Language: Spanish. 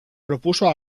propuso